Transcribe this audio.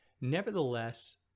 nevertheless